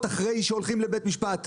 אין נקודות אחרי שהולכים לבית משפט.